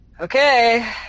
Okay